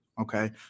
okay